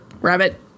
rabbit